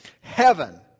heaven